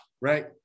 Right